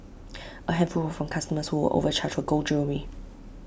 A handful were from customers who were overcharged for gold jewellery